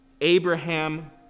Abraham